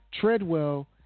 Treadwell